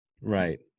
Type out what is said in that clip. Right